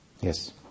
Yes